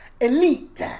elite